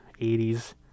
80s